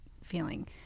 feeling